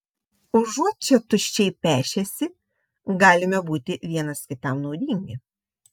užuot čia tuščiai pešęsi galime būti vienas kitam naudingi